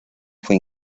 fue